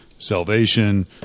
salvation